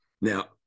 Now